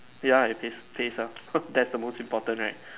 ya it pays pays well that's the most important right